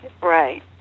right